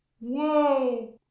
whoa